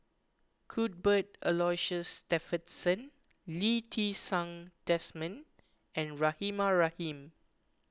Cuthbert Aloysius Shepherdson Lee Ti Seng Desmond and Rahimah Rahim